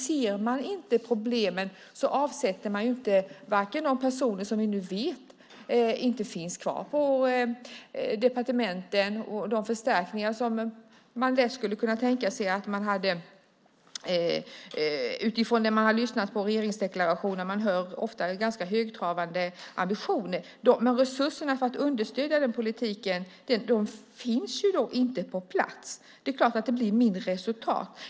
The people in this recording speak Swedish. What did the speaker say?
Ser man inte problemen så avsätter man ju vare sig de personer som vi nu vet inte finns kvar på departementen eller de förstärkningar som man lätt hade kunnat tänka sig efter att ha lyssnat på regeringsdeklarationen. Man hör ofta en ganska högtravande ambition. Men resurserna för att understödja politiken finns ju inte på plats. Det är klart att det blir mindre resultat.